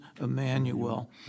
Emmanuel